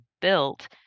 built